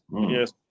yes